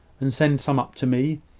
and send some up to me.